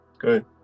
Good